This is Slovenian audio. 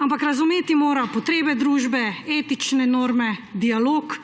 ampak razumeti mora potrebe družbe, etične norme, dialog,